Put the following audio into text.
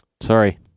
Sorry